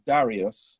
Darius